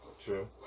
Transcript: True